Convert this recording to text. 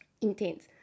intense